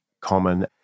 common